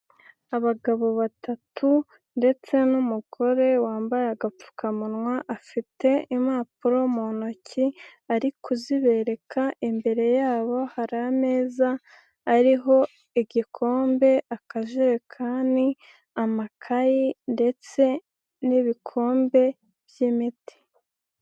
Abagabo batatu ndetse n'umugore wambaye agapfukamunwa, afite impapuro mu ntoki ari kuzibereka, imbere yabo hari ameza ariho igikombe, akajerekani, amakayi, ndetse n'ibikombe by'imiti.